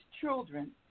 children